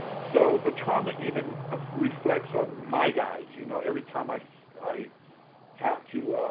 so the trauma even ah reflects on my guys. you know every time i i have to